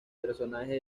personaje